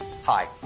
Hi